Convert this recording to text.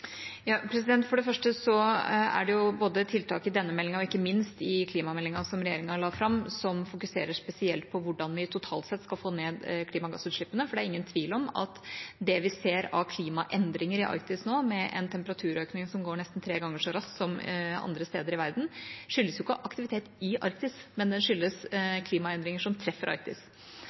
For det første er det tiltak både i denne meldingen og ikke minst i klimameldingen som regjeringa la fram, som fokuserer spesielt på hvordan vi totalt sett skal få ned klimagassutslippene, for det er ingen tvil om det vi ser av klimaendringer i Arktis nå, med en temperaturøkning som går nesten tre ganger så raskt som andre steder i verden, skyldes ikke aktivitet i Arktis, men skyldes klimaendringer som treffer Arktis.